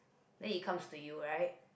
then it comes to you right